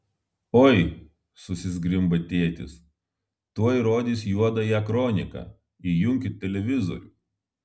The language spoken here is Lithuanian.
oi susizgrimba tėtis tuoj rodys juodąją kroniką įjunkit televizorių